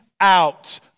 out